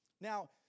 Now